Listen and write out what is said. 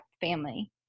family